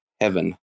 heaven